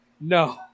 no